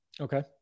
Okay